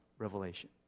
revelation